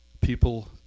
people